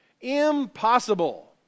Impossible